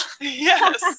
yes